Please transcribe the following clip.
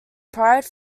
pride